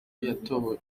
yatowe